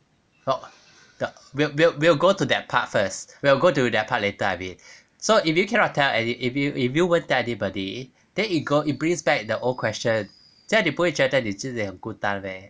well we will we will we will go to that part first we will go to that part later I mean so if you cannot tell any if you if you won't tell anybody then it go it brings back the old question 这样你不会觉得你自己很孤单 meh